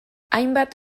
hainbat